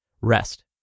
rest